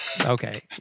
Okay